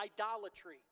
idolatry